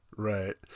Right